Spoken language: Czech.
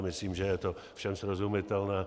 Myslím, že je to všem srozumitelné.